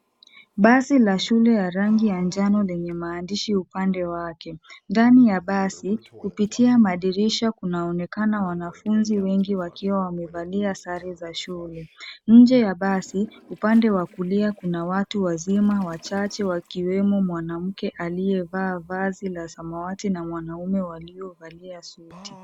Basi la shule ya gari la manjano yenye maandishi upande wake. Ndani ya basi kupitia madirisha kunaonekana wanafunzi wengi wakiwa wamevalia sare za shule. Nje ya basi upande wa kulia kuna watu wazima wachache wakiwemo mwanamke aliye vaa vazi la samawati na wanaume walio valia suti.